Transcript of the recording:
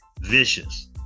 vicious